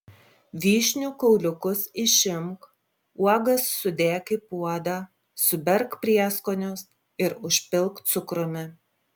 vyšnių kauliukus išimk uogas sudėk į puodą suberk prieskonius ir užpilk cukrumi